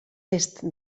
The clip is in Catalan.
est